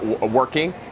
working